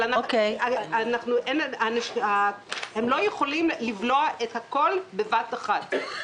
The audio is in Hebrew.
הם לא יכולים לבלוע את הכול בבת-אחת.